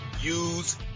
use